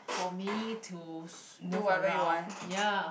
for me to move around ya